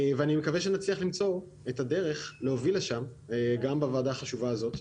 ואני מקווה שנצליח למצוא את הדרך להוביל לשם גם בוועדה החשובה הזאת.